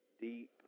deep